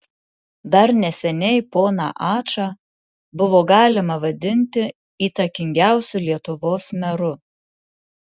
dar neseniai poną ačą buvo galima vadinti įtakingiausiu lietuvos meru